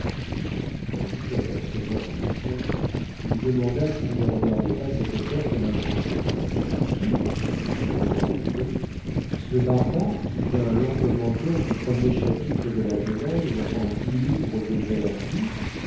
candide apercevant un milton lui demanda s'il ne regardait pas cet auteur comme un grand homme qui dit pococurante ce barbare qui fait un long commentaire du premier chapitre de la genèse en dix livres de